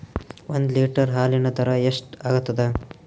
ಒಂದ್ ಲೀಟರ್ ಹಾಲಿನ ದರ ಎಷ್ಟ್ ಆಗತದ?